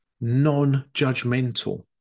Non-judgmental